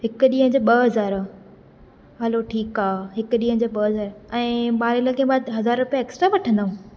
हिकु ॾींहं जा ॿ हज़ार हलो ठीकु आहे हिकु ॾींहं जा ॿ हज़ार ऐं ॿारहें लॻे बाद हज़ार रुपया एक्स्ट्रा वठंदो